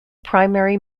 primary